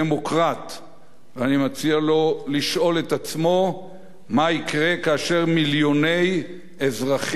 ואני מציע לו לשאול את עצמו מה יקרה כאשר מיליוני אזרחים בשכם,